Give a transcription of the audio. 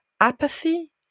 apathy